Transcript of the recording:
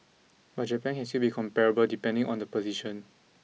but Japan can still be comparable depending on the position